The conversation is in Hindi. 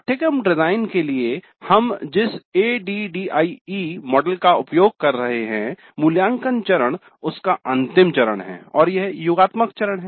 पाठ्यक्रम डिजाइन के लिए हम जिस ADDIE मॉडल का उपयोग कर रहे हैं मूल्यांकन चरण उसका अंतिम चरण है और यह योगात्मक चरण है